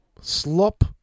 slop